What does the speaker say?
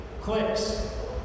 Clicks